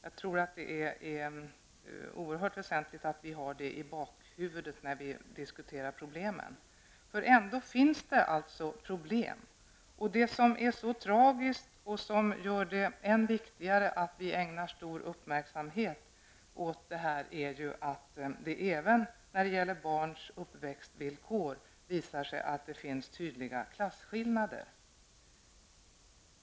Jag tror att det är oerhört väsentligt att vi har det i bakhuvudet när vi diskuterar problemen. Det finns nämligen ändå problem. Det som är så tragiskt och som gör det än viktigare att ägna stor uppmärksamhet åt detta är att det även när det gäller barns uppväxtvillkor visar sig att det finns tydliga klasskillnader.